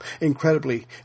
Incredibly